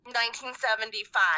1975